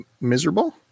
miserable